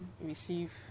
receive